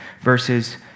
verses